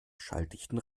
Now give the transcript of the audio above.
schalldichten